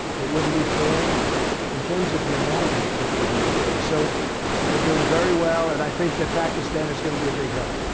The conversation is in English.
it wouldn't be fair in terms of humanity. it wouldn't be fair. so we're doing very well and i think that pakistan is going to be a big help